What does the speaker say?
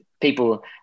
people